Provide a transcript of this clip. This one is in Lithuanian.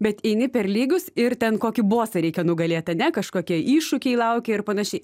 bet eini per lygius ir ten kokį bosą reikia nugalėt ane kažkokie iššūkiai laukia ir panašiai